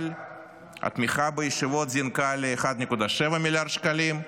אבל התמיכה בישיבות זינקה ל-1.7 מיליארד שקלים,